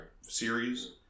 series